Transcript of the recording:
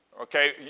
Okay